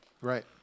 Right